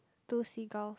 two seagull